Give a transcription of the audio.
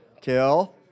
kill